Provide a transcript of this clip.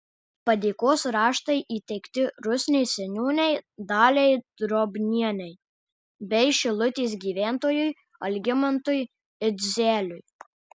padėkos raštai įteikti rusnės seniūnei daliai drobnienei bei šilutės gyventojui algimantui idzeliui